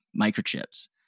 microchips